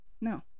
no